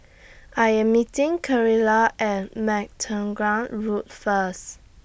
I Am meeting At Road First